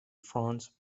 france